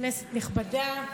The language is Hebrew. כנסת נכבדה,